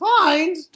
find